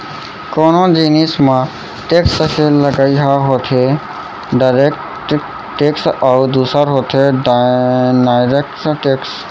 कोनो जिनिस म टेक्स के लगई ह होथे डायरेक्ट टेक्स अउ दूसर होथे इनडायरेक्ट टेक्स